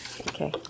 Okay